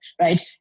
right